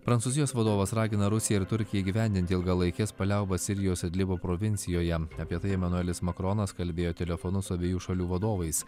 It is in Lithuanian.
prancūzijos vadovas ragina rusiją ir turkiją įgyvendinti ilgalaikes paliaubas sirijos idlibo provincijoje apie tai emanuelis makronas kalbėjo telefonu su abiejų šalių vadovais